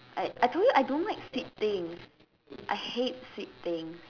I I told you I don't like sweet thing I hate sweet things